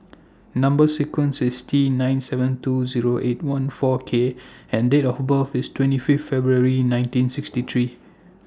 Number sequence IS T nine seven two Zero eight one four K and Date of birth IS twenty five February nineteen sixty three